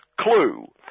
clue